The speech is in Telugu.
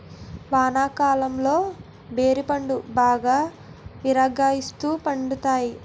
వానాకాలంలో బేరి పండ్లు బాగా విరాగాస్తు పండుతాయి